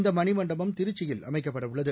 இந்த மணிமண்டபம் திருச்சியில் அமைக்கப்படவுள்ளது